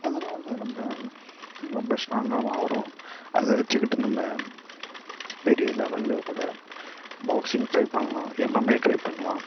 அதனால் நம்ப ரொம்ப ஸ்ட்ராங்காகவும் ஆகிறோம் அதை வச்சுக்கிட்டு நம்ம பெரிய லெவெலில் கூட பாக்ஸிங் ட்ரை பண்ணலாம் எம்எம்ஐ ட்ரை பண்ணலாம்